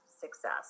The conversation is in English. success